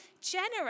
generous